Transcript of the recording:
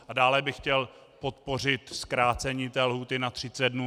A dále bych chtěl podpořit zkrácení lhůty na 30 dnů.